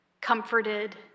comforted